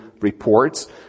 reports